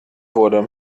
wurde